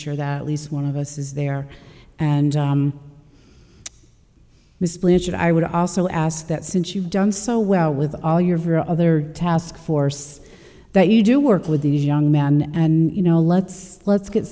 sure that at least one of us is there and miss blanche i would also ask that since you've done so well with all your for other task force that you do work with these young men and you know let's let's get